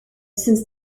since